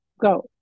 go